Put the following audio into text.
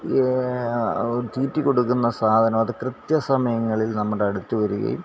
തീറ്റികൊടുക്കുന്ന സാധനം അത് കൃത്യസമയങ്ങളിൽ നമ്മുടെ അടുത്ത് വരുകയും